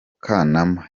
kanama